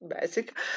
basic